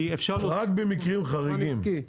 רק במקרים חריגים.